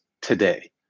today